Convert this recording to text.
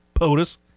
POTUS